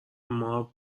مار